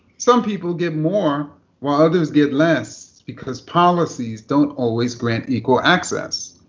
some people give more while others give less, because policies don't always grant equal access.